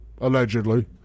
allegedly